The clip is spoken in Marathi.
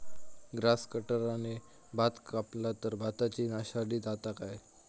ग्रास कटराने भात कपला तर भाताची नाशादी जाता काय?